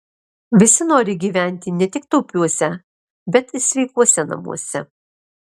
visi nori gyventi ne tik taupiuose bet ir sveikuose namuose